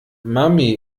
mami